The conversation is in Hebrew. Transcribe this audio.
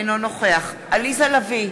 אינו נוכח עליזה לביא,